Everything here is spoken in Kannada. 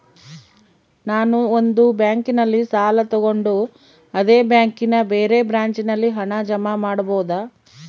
ನಾನು ಒಂದು ಬ್ಯಾಂಕಿನಲ್ಲಿ ಸಾಲ ತಗೊಂಡು ಅದೇ ಬ್ಯಾಂಕಿನ ಬೇರೆ ಬ್ರಾಂಚಿನಲ್ಲಿ ಹಣ ಜಮಾ ಮಾಡಬೋದ?